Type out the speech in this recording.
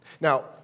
Now